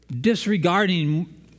disregarding